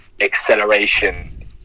acceleration